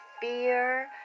fear